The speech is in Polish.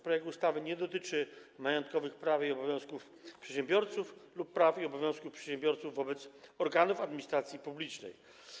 Projekt ustawy nie dotyczy majątkowych praw i obowiązków przedsiębiorców lub praw i obowiązków przedsiębiorców wobec organów administracji publicznej.